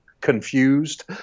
confused